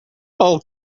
all